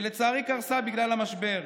ולצערי היא קרסה בגלל המשבר.